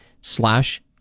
slash